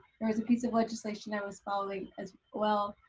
there was a piece of legislation i was following as well,